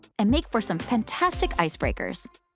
and make for some fantastic icebreakers.